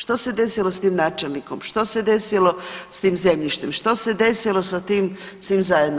Što se desilo s tim načelnikom, što se desilo s tim zemljištem, što se desilo sa tim svim zajedno?